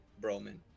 Broman